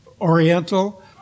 oriental